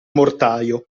mortaio